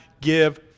give